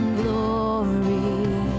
glory